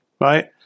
right